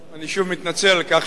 תודה, אני שוב מתנצל על כך שאני